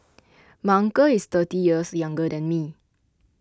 my uncle is thirty years younger than me